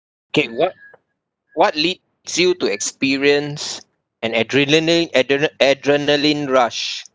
okay what what leads you to experience an adrenaline adre~ adrenaline rush